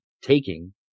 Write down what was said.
taking